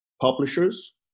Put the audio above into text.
publishers